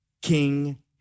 King